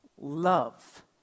love